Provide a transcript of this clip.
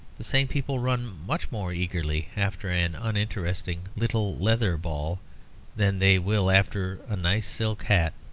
the same people run much more eagerly after an uninteresting little leather ball than they will after a nice silk hat.